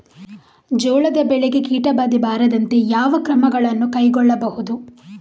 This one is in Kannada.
ಜೋಳದ ಬೆಳೆಗೆ ಕೀಟಬಾಧೆ ಬಾರದಂತೆ ಯಾವ ಕ್ರಮಗಳನ್ನು ಕೈಗೊಳ್ಳಬಹುದು?